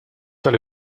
tal